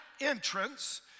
entrance